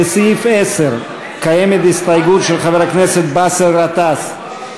לסעיף 10 קיימת הסתייגות של חבר הכנסת באסל גטאס.